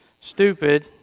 stupid